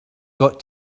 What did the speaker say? got